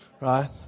right